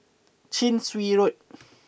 Chin Swee Road